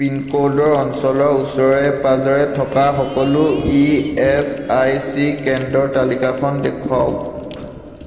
পিনক'ডৰ অঞ্চলৰ ওচৰে পাঁজৰে থকা সকলো ই এছ আই চি কেন্দ্ৰৰ তালিকাখন দেখুৱাওক